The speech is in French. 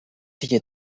filles